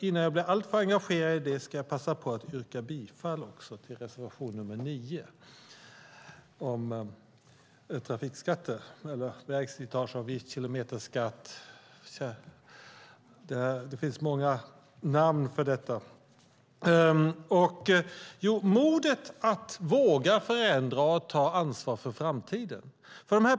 Innan jag blir alltför engagerad i detta ska jag passa på att yrka bifall till reservation nr 9 om trafikskatter - vägslitageavgift, kilometerskatt. Det finns många namn för detta. Det handlar alltså om modet att våga förändra och ta ansvar för framtiden.